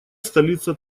столица